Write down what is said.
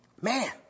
man